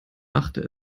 dachte